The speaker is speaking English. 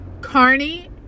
Carney